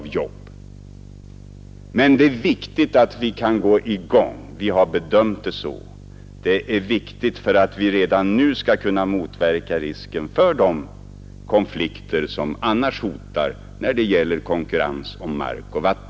Vi har alltså bedömt det som viktigt att vi kan komma i gång snabbt för att vi redan nu skall kunna motverka risken för de konflikter som annars hotar när det gäller konkurrens om mark och vatten.